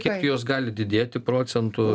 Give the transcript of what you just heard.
kiek jos gali didėti procentų